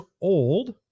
old